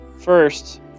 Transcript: First